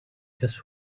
just